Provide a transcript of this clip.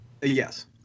yes